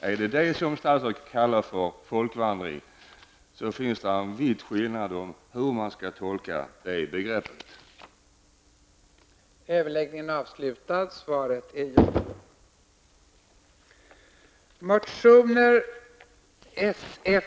Är det det som statsrådet kallar för folkvandring har vi vitt skilda uppfattningar om hur det begreppet skall tolkas.